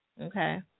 okay